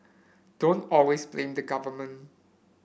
don't always blame the government